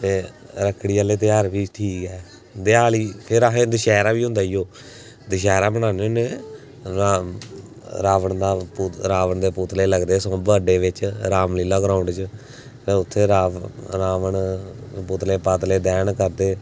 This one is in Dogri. ते रक्खड़ी आह्ले तेहार बी ठीक ऐ देआली फिर अहें दशैह्रा बी होंदा ई ओ दशैह्रा बनाने होन्ने रा रावण दा रावण दे पुतले लगदे सगुं बड्डे बिच्च रामलीला ग्राऊंड च ते उत्थै रा रावण पुतले पतले दैह्न करदे